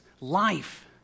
life